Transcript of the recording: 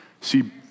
See